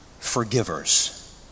forgivers